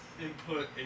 input